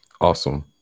Awesome